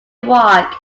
walk